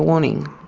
warning.